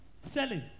Selling